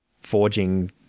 forging